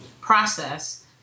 process